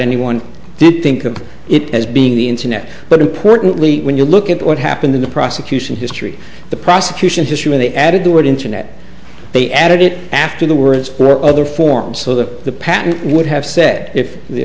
anyone didn't think of it as being the internet but importantly when you look at what happened in the prosecution history the prosecutions history when they added the word internet they added it after the words or other forms so that the patent would have said if the